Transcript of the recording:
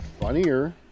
funnier